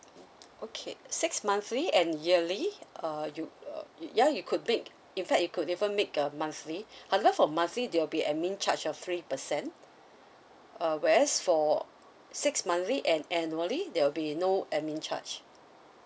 okay six monthly and yearly uh you uh ya you could make in fact you could even make a monthly however for monthly there'll be admin charge of three percent uh whereas for six monthly and annually there'll be no admin charge